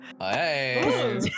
Hey